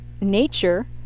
nature